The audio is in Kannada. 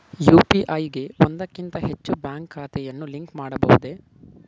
ಯು.ಪಿ.ಐ ಗೆ ಒಂದಕ್ಕಿಂತ ಹೆಚ್ಚು ಬ್ಯಾಂಕ್ ಖಾತೆಗಳನ್ನು ಲಿಂಕ್ ಮಾಡಬಹುದೇ?